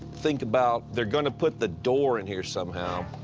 think about, they're going to put the door in here somehow.